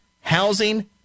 housing